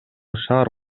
шаар